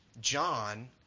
John